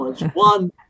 one